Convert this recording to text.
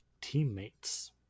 teammates